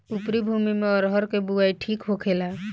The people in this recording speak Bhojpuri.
उपरी भूमी में अरहर के बुआई ठीक होखेला?